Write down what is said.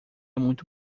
muito